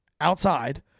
outside